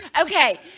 Okay